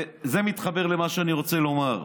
זה מתחבר למה שאני רוצה לומר.